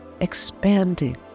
expanding